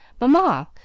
Mamma